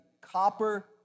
copper